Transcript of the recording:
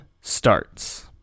starts